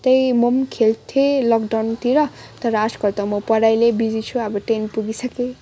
त्यही म पनि खेल्थेँ लक डाउनतिर तर आजकल त म पढाइले बिजी छु अब टेन पुगिसकेँ